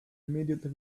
immediately